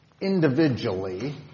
individually